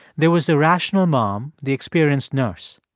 there was the rational mom, the experienced nurse.